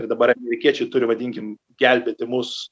ir dabar amerikiečiai turi vadinkim gelbėti mus